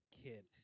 kid